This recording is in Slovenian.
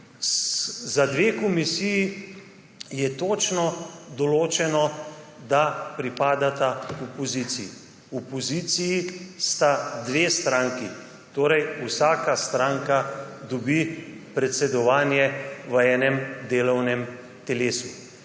Za dve komisiji je točno določeno, da pripadata opoziciji. V opoziciji sta dve stranki, torej vsaka stranka dobi predsedovanje v enem delovnem telesu.